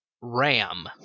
RAM